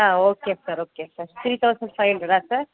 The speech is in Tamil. ஆ okay sir okay sir three thousand five ஹண்ட்ரடா சார்